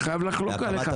אני חייב לחלוק עליך,